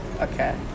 Okay